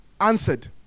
answered